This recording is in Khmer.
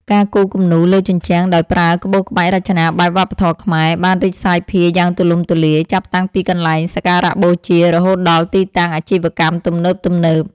ការគូរគំនូរលើជញ្ជាំងដោយប្រើក្បូរក្បាច់រចនាបែបវប្បធម៌ខ្មែរ បានរីកសាយភាយយ៉ាងទូលំទូលាយ ចាប់តាំងពីទីកន្លែងសក្ការៈបូជារហូតដល់ទីតាំងអាជីវកម្មទំនើបៗ។